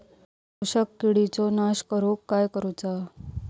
शोषक किडींचो नाश करूक काय करुचा?